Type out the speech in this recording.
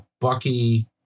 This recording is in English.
Bucky